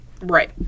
Right